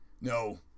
No